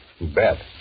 Bet